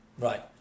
Right